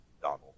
Donald